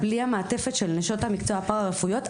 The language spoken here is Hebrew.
בלי המעטפת של נשות המקצוע הפארא-רפואיות.